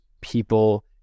people